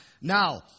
Now